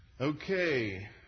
Okay